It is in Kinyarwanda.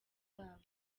zabo